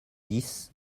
dix